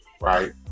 right